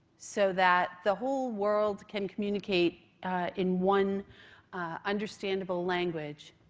so that the whole world can communicate in one understandable language.